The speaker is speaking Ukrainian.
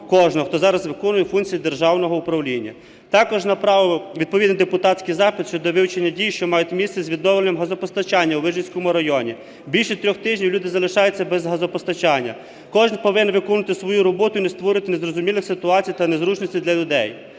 кожного, хто зараз виконує функцію державного управління. Також направив відповідний депутатський запит щодо вивчення дій, що мають місце з відновлюванням газопостачання у Вижницькому районі. Більше трьох тижнів люди залишаються без газопостачання. Кожен повинен виконувати свою роботу і не створювати незрозумілих ситуацій та незручностей для людей.